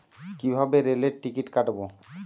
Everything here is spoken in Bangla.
কিভাবে রেলের টিকিট কাটব?